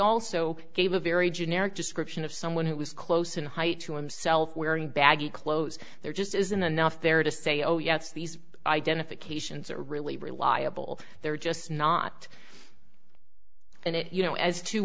also gave a very generic description of someone who was close in height to himself wearing baggy clothes there just isn't enough there to say oh yes these identifications are really reliable they're just not in it you know as to